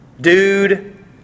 dude